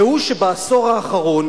והוא שבעשור האחרון